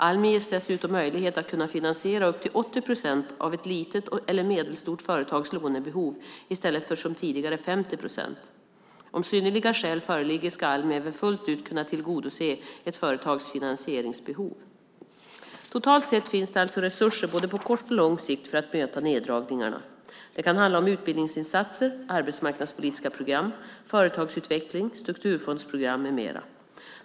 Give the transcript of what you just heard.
Almi ges dessutom möjlighet att finansiera upp till 80 procent av ett litet eller medelstort företags lånebehov i stället för som tidigare 50 procent. Om synnerliga skäl föreligger ska Almi även fullt ut kunna tillgodose ett företags finansieringsbehov. Totalt sett finns det alltså resurser både på kort och på lång sikt för att möta neddragningarna. Det kan handla om utbildningsinsatser, arbetsmarknadspolitiska program, företagsutveckling, strukturfondsprogram med mera.